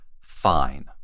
fine